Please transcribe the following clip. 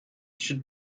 should